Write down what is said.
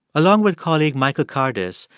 along with colleague michael kardas,